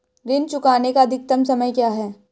ऋण चुकाने का अधिकतम समय क्या है?